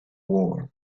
war